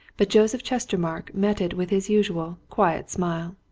but joseph chestermarke met it with his usual quiet smile.